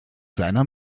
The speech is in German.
seiner